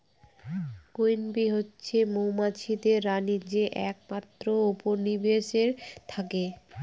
queen bee হচ্ছে মৌমাছিদের রানী যে একমাত্র উপনিবেশে থাকে